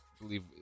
believe